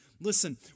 Listen